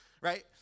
right